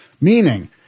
Meaning